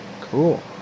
cool